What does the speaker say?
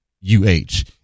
U-H